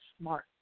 smart